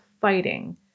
fighting